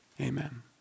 Amen